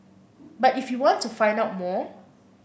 but if you want to find out more